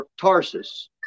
Tarsus